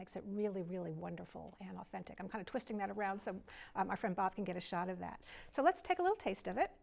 makes it really really wonderful and authentic i'm kind of twisting that around so my friend bob can get a shot of that so let's take a little taste of it